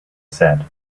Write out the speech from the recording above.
said